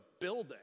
building